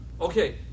Okay